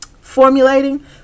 formulating